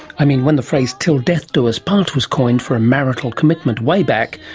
i mean, when the phrase till death do us part was coined for a marital commitment way back,